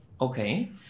okay